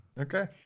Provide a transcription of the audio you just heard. okay